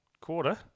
quarter